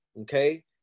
okay